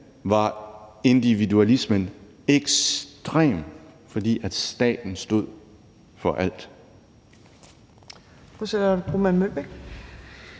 var individualismen ekstrem, fordi staten stod for alt.